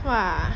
!wah!